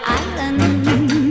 island